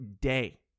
day